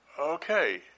Okay